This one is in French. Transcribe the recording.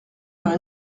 par